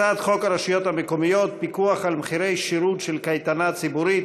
הצעת חוק הרשויות המקומיות (פיקוח על מחירי שירות של קייטנה ציבורית),